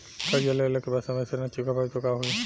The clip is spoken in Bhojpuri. कर्जा लेला के बाद समय से ना चुका पाएम त का होई?